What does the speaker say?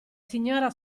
signora